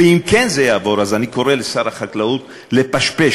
ואם זה כן יעבור אז אני קורא לשר החקלאות לפשפש